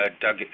Doug